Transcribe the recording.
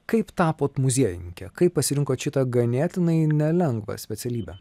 kaip tapot muziejininke kaip pasirinkot šitą ganėtinai nelengvą specialybę